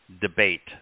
debate